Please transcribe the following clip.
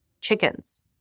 chickens